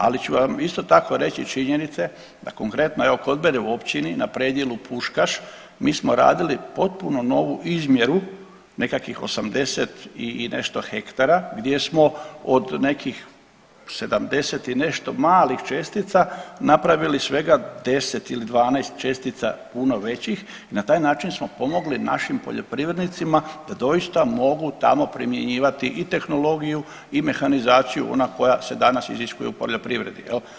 Ali ću vam isto tako reći činjenice konkretno evo kod mene u općini na predjelu Puškaš mi smo radili potpuno novu izmjeru nekakvih 80 i nešto hektara gdje smo od nekih 70 i nešto malih čestica napravili svega 10 ili 12 čestica puno većih i na taj način smo pomogli našim poljoprivrednicima da doista mogu tamo primjenjivati i tehnologiju i mehanizaciju ona koja se danas iziskuje u poljoprivredi.